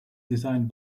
designed